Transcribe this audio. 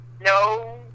No